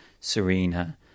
Serena